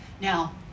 Now